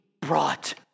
brought